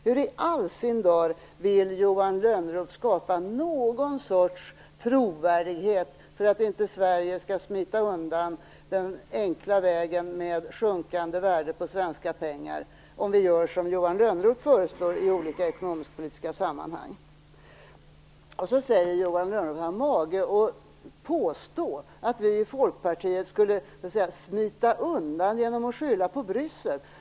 Hur i all sin dar vill Johan Lönnroth skapa någon sorts trovärdighet för att inte Sverige skall smita undan den enkla vägen med sjunkande värde på svenska pengar, om vi gör som Johan Lönnroth föreslår i olika ekonomisk-politiska sammanhang? Sedan har Johan Lönnroth mage att påstå att vi i Folkpartiet skulle smita undan genom att skylla på Bryssel.